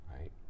right